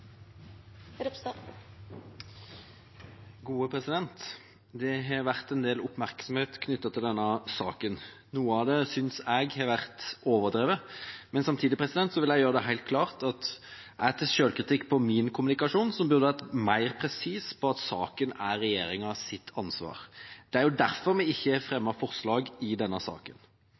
Det har vært en del oppmerksomhet knyttet til denne saken. Noe av det synes jeg har vært overdrevet. Samtidig vil jeg gjøre det helt klart at jeg tar selvkritikk på min kommunikasjon, som burde vært mer presis på at saken er regjeringas ansvar. Det er derfor vi ikke fremmer forslag i denne saken.